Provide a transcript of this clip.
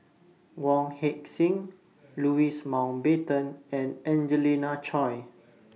Wong Heck Sing Louis Mountbatten and Angelina Choy